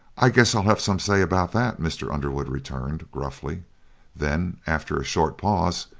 i guess i'll have some say about that, mr. underwood returned, gruffly then, after a short pause,